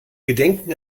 gedenken